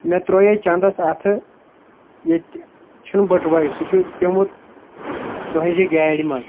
مےٚ ترویو چندس اَتھٕ ییٚتہِ چھُ نہٕ بٔٹوے سُہ چھُ پیٚومُت تُہنٛزِ گاڑِ منٛز